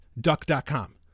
duck.com